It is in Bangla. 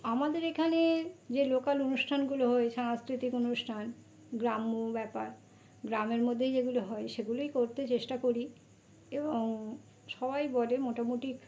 আমাদের এখানের যে লোকাল অনুষ্ঠানগুলো হয় সাংস্কৃতিক অনুষ্ঠান গ্রাম্য ব্যাপার গ্রামের মধ্যেই যেগুলো হয় সেগুলোই করতে চেষ্টা করি এবং সবাই বলে মোটামুটি